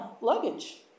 luggage